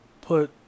put